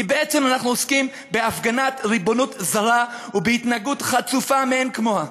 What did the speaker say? כי בעצם אנחנו עוסקים בהפגנת ריבונות זרה ובהתנהגות חצופה מאין כמוה.